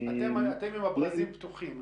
אתם עם הברזים פתוחים.